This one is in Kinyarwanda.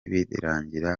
birangira